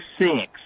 six